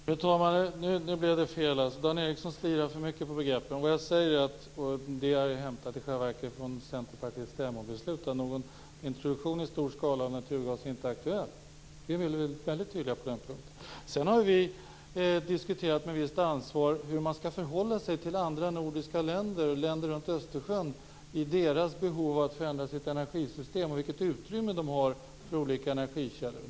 Fru talman! Nu blev det fel. Dan Ericsson slirar för mycket på begreppen. Vad jag säger är i själva verket hämtat från Centerpartiets stämmobeslut. Någon introduktion av naturgas i stor skala är inte aktuell. Vi är väldigt tydliga på den punkten. Sedan har vi med visst ansvar diskuterat hur man skall förhålla sig till andra nordiska länder och länder runt Östersjön när det gäller deras behov att förändra sitt energisystem och vilket utrymme de har för olika energikällor.